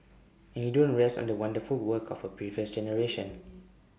and you don't rest on the wonderful work of A previous generation